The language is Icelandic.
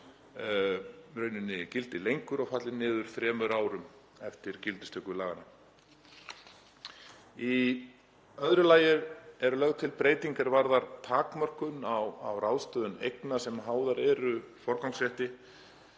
að forgangsréttur falli niður þremur árum eftir gildistöku laganna. Í öðru lagi er lögð til breyting er varðar takmörkun á ráðstöfun eigna sem háðar eru forgangsrétti.